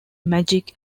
magic